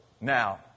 now